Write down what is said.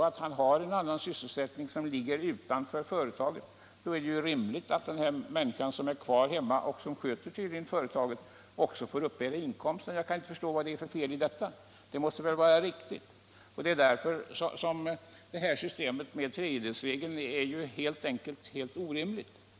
Om han har en krävande sysselsättning utanför företaget är det väl rimligt att maken, som tydligen sköter företaget, också får uppbära inkomsten. Jag kan inte förstå vad det är för fel med detta. Därför är också tredjedelsregeln helt orimlig.